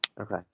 okay